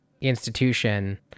institution